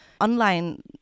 online